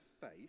faith